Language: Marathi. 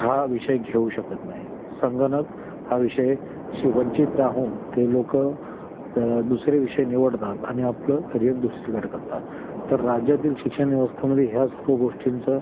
हा विषय घेऊ शकत नाही संगणक हा विषय शी वंचित राहून ते लोकं दुसरे विषय निवडतात आणि आपलं करिअर दुसरीकडे करतात तर राज्यातील शिक्षण व्यवस्थेमध्ये ह्या सर्व गोष्टींचं